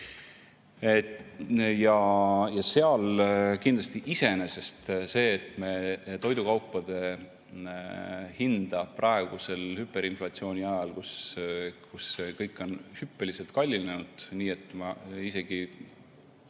aega. Kindlasti iseenesest see, et me toidukaupade hinda praegusel hüperinflatsiooni ajal, kui kõik on hüppeliselt kallinenud ... Täna isegi